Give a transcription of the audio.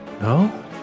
No